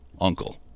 uncle